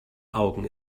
augen